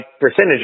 percentage